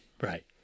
Right